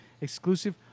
exclusive